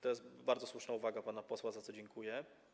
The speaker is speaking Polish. To jest bardzo słuszna uwaga pana posła, za co dziękuję.